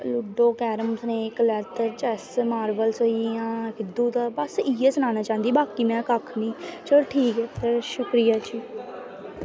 ludo carrom snake chess marbles होईया इयै सनाना चांह्दी ही बाकी में कक्ख नी चलो ठीक ऐ शुक्रिया